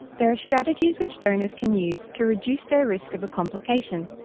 there are strategies which donors can use to reduce their risk of a complication,